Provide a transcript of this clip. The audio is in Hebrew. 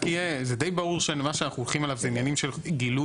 זה די ברור שמה שאנחנו הולכים עליו זה עניינים של גילוי